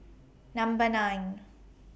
Number nine